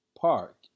park